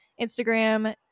Instagram